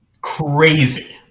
Crazy